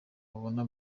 abona